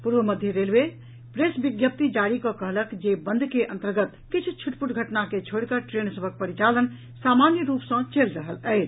पूर्व मध्य railway press विज्ञप्ति जारी कऽ कहलक जे बंद के अन्तर्गत किछु छिटपुट घटना के छोड़ि कऽ ट्रेन सभक परिचालन सामान्य रूप सँ चलि रहल अछि